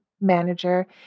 manager